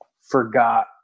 forgot